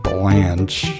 Blanche